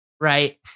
right